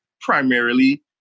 primarily